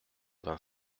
vingt